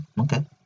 okay